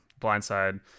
blindside